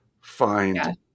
find